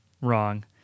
wrong